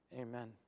amen